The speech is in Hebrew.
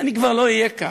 אני כבר לא אהיה כאן,